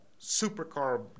supercar